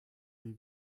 die